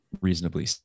reasonably